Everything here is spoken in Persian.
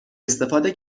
استفاده